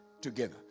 together